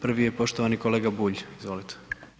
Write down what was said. Prvi je poštovani kolega Bulj, izvolite.